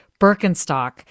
Birkenstock